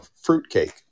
Fruitcake